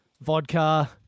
vodka